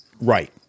right